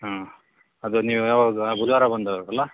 ಅದು ನೀವು ಯಾವಾಗ ಬುಧವಾರ ಬಂದೋದ್ರಲ್ಲ